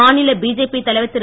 மாநில பிஜேபி தலைவர் திரு